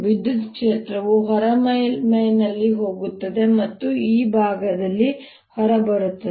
ವಿದ್ಯುತ್ ಕ್ಷೇತ್ರವು ಹೊರ ಮೇಲ್ಮೈಯಲ್ಲಿ ಹೋಗುತ್ತದೆ ಮತ್ತು ಈ ಭಾಗದಲ್ಲಿ ಹೊರಬರುತ್ತದೆ